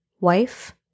wife